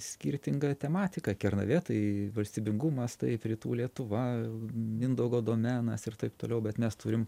skirtingą tematiką kernavė tai valstybingumas taip rytų lietuva mindaugo domenas ir taip toliau bet mes turim